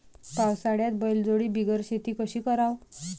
पावसाळ्यात बैलजोडी बिगर शेती कशी कराव?